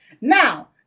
Now